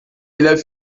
est